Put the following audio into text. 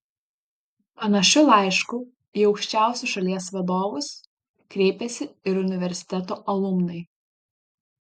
panašiu laišku į aukščiausius šalies vadovus kreipėsi ir universiteto alumnai